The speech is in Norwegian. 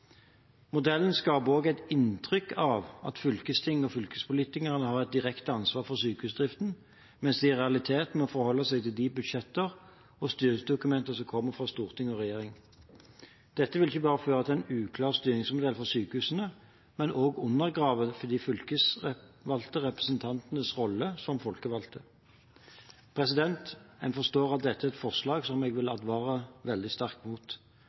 Modellen skaper også et inntrykk av at fylkestinget og fylkespolitikerne har et direkte ansvar for sykehusdriften, mens de i realiteten må forholde seg til de budsjettene og de styringsdokumentene som kommer fra storting og regjering. Dette vil ikke bare føre til en uklar styringsmodell for sykehusene, men vil også undergrave fylkestingsrepresentantenes rolle som folkevalgte. En forstår at dette er et forslag som jeg vil advare veldig sterkt